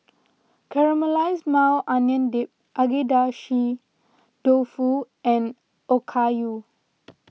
Caramelized Maui Onion Dip Agedashi Dofu and Okayu